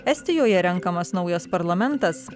estijoje renkamas naujas parlamentas